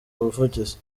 ubuvugizi